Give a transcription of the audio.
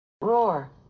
Roar